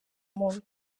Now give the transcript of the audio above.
muntu